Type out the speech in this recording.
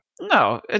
No